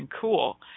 cool